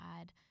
add